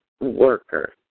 worker